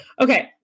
Okay